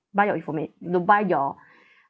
buy your informa~ to buy your